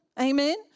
amen